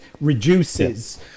reduces